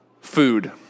food